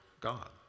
God